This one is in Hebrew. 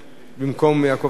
במקום יעקב נאמן.